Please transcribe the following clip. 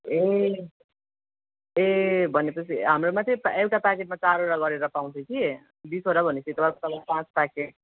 ए ए भनेपछि हाम्रोमा चाहिँ एउटा प्याकेटमा चारवटा गरेर पाउँछ कि बिसवटा भनेपछि पाँच प्याकेट